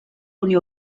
unió